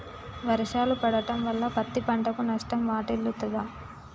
వర్షాలు పడటం వల్ల పత్తి పంటకు నష్టం వాటిల్లుతదా?